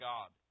God